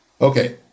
Okay